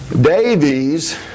Davies